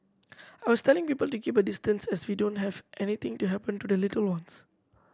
I was telling people to keep a distance as we don't have anything to happen to the little ones